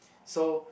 so